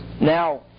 Now